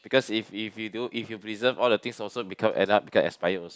because if if you do if you preserve all the things also become end up become expire also